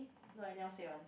no I anyhow say one